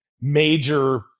major